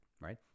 right